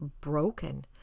broken